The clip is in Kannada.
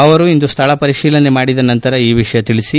ಅವರು ಇಂದು ಸ್ವಳ ಪರಿಶೀಲನೆ ಮಾಡಿದ ನಂತರ ಈ ವಿಷಯ ತಿಳಿಸಿದರು